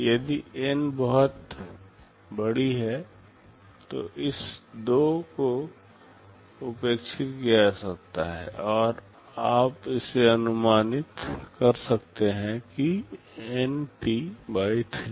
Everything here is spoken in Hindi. यदि N बहुत बड़ी है तो इस 2 को उपेक्षित किया जा सकता है और आप इसे अनुमानित कर सकते हैं NT 3